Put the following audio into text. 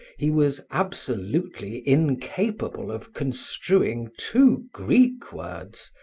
he was absolutely incapable of construing two greek words,